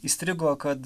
įstrigo kad